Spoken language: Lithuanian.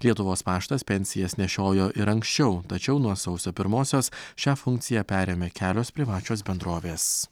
lietuvos paštas pensijas nešiojo ir anksčiau tačiau nuo sausio pirmosios šią funkciją perėmė kelios privačios bendrovės